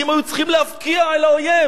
כי הם היו צריכים להבקיע לאויב.